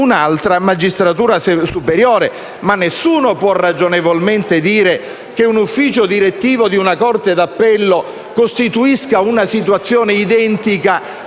superiore rispetto ad un'altra; ma nessuno può ragionevolmente dire che un ufficio direttivo di una Corte d'appello costituisca una situazione identica